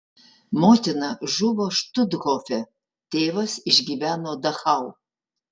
motina žuvo štuthofe tėvas išgyveno dachau